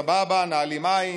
סבבה, נעלים עין,